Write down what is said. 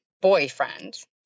boyfriend